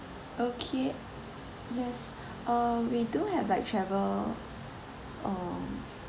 okay yes um we do have like travel um